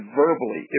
verbally